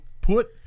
put